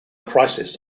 crisis